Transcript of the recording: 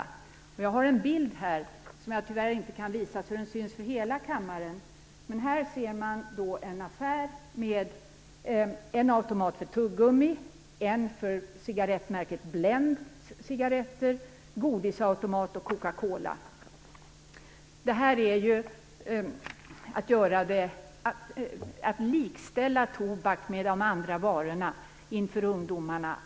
På den bild som jag här håller upp för kammarens ledamöter - jag kan tyvärr inte visa den så att den syns för hela kammaren - ser man en affär med en automat för tuggummi och en för cigarettmärket Blend. Man ser också en godisautomat och en automat för Coca-Cola. Det här är att likställa tobak med de andra varorna inför ungdomarna.